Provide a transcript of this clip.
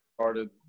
started